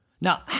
Now